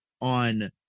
on